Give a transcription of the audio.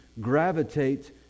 gravitate